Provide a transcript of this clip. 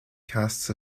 casts